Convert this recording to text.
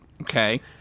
Okay